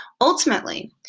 Ultimately